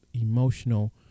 emotional